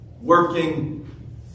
working